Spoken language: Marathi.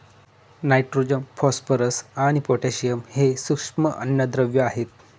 नायट्रोजन, फॉस्फरस आणि पोटॅशियम हे सूक्ष्म अन्नद्रव्ये आहेत